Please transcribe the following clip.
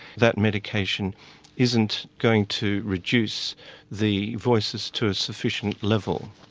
that medication isn't going to reduce the voices to a sufficient level.